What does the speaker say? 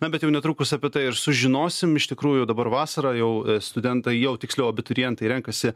na bet jau netrukus apie tai ir sužinosim iš tikrųjų dabar vasarą jau studentai jau tiksliau abiturientai renkasi